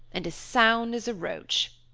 and as sound as a roach!